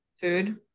food